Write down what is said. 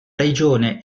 regione